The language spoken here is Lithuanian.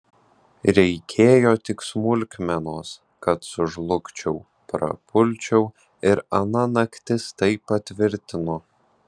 reikėjo tik smulkmenos kad sužlugčiau prapulčiau ir ana naktis tai patvirtino